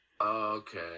Okay